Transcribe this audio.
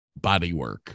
bodywork